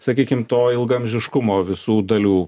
sakykim to ilgaamžiškumo visų dalių